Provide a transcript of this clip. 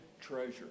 treasure